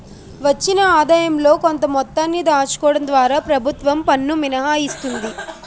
వచ్చిన ఆదాయంలో కొంత మొత్తాన్ని దాచుకోవడం ద్వారా ప్రభుత్వం పన్ను మినహాయిస్తుంది